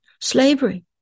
slavery